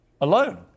alone